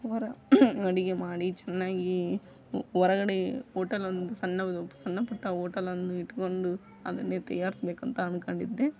ಹೊರ ಅಡುಗೆ ಮಾಡಿ ಚೆನ್ನಾಗಿ ಹೊರಗಡೆ ಓಟಲೊಂದು ಸಣ್ಣ ಸಣ್ಣ ಪುಟ್ಟ ಓಟಲನ್ನು ಇಟ್ಕೊಂಡು ಅದನ್ನೇ ತಯಾರಿಸ್ಬೇಕಂತ ಅಂದ್ಕೊಂಡಿದ್ದೆ